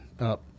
up